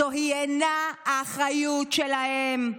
זוהי אינה האחריות שלהם.